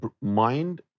mind